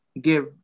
give